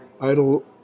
Idle